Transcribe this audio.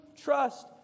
trust